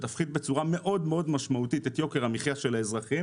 שתפחית בצורה מאוד מאוד משמעותית את יוקר המחיה של האזרחים